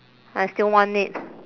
I still want it